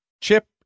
Chip